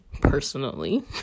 personally